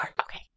Okay